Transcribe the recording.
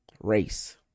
Race